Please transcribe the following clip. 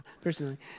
personally